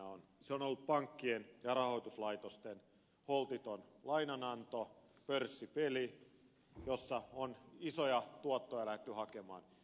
se on ollut pankkien ja rahoituslaitosten holtiton lainananto pörssipeli jossa on isoja tuottoja lähdetty hakemaan